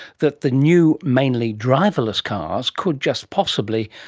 that the new, mainly driverless cars, could, just possibly,